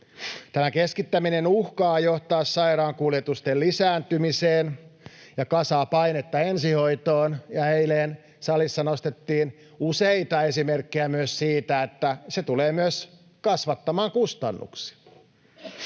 Tämä keskittäminen uhkaa johtaa sairaankuljetusten lisääntymiseen ja kasaa painetta ensihoitoon, ja eilen salissa nostettiin useita esimerkkejä myös siitä, että se tulee myös kasvattamaan kustannuksia.